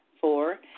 Four